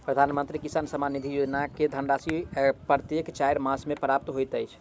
प्रधानमंत्री किसान सम्मान निधि योजना के धनराशि प्रत्येक चाइर मास मे प्राप्त होइत अछि